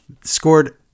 scored